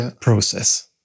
process